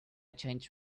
changed